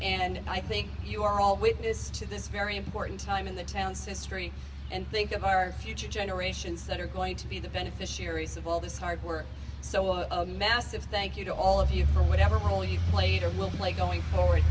and i think you are all witness to this very important time in the town's history and think of our future generations that are going to be the beneficiaries of all this hard work so a massive thank you to all of you for whatever little you've played a little play going forward